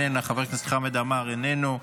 איננה,